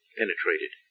penetrated